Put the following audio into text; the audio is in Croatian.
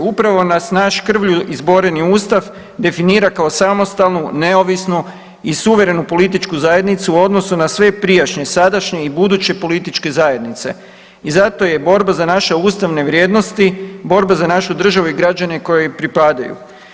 Upravo nas naš krvlju izboreni Ustav definira kao samostalnu, neovisnu i suverenu političku zajednicu u odnosu na sve prijašnje, sadašnje i buduće političke zajednice i zato je borba za naše ustavne vrijednosti, borba za našu državu i građane kojoj pripadaju.